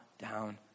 down